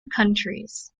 countries